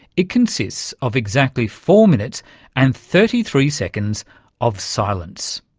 it consists of exactly four minutes and thirty three seconds of silence.